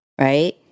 right